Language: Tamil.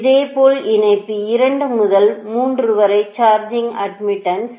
இதே போல் இணைப்பு 2 முதல் 3 வரை சார்ஜிங் அட்மிட்டன்ஸ்